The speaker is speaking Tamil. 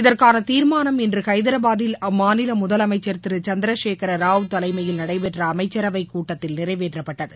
இதற்கான தீர்மானம் இன்று ஐதராபாத்தில் அம்மாநில முதலமைச்சர் திரு சந்திரசேனராவ் தலைமையில் நடைபெற்ற அமைச்சரவை கூட்டத்தில் நிறைவேற்றப்பட்டது